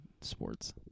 sports